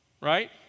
Right